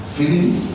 Feelings